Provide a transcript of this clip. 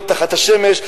להיות תחת השמש,